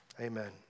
Amen